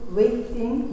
waiting